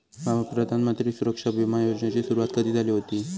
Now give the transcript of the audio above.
भावा, प्रधानमंत्री सुरक्षा बिमा योजनेची सुरुवात कधी झाली हुती